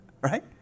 right